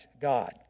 God